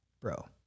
bro